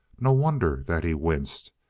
no wonder that he winced,